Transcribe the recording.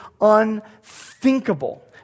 unthinkable